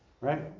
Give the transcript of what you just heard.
right